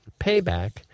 payback